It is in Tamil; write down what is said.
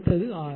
அடுத்தது ஆர்